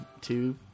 two